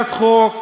במדינת חוק